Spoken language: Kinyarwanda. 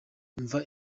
umva